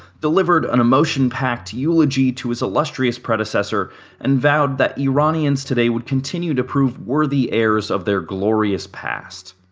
delivered an emotion-packed eulogy to his illustrious predecessor and vowed that iranians today would continue to prove worthy heirs of their glorious past.